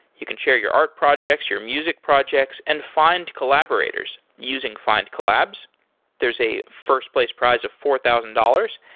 you can share your art projects, your music projects and find collaborators using findcollabs there's a first-place prize of four thousand dollars.